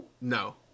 No